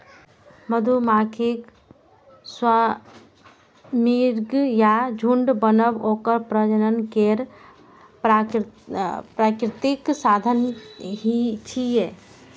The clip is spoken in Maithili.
मधुमाछीक स्वार्मिंग या झुंड बनब ओकर प्रजनन केर प्राकृतिक साधन छियै